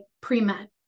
pre-med